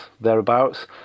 thereabouts